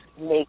make